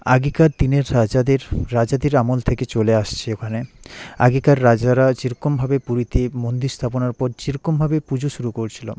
আগেকার দিনের রাজাদের রাজাদের আমল থেকে চলে আসছে ওখানে আগেকার রাজারা যে রকমভাবে পুরীতে মন্দির স্থাপনের ওপর যে রকমভাবে পুজো শুরু করছিলো